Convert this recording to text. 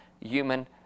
human